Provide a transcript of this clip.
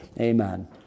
Amen